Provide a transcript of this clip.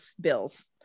bills